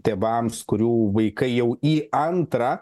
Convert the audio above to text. tėvams kurių vaikai jau į antrą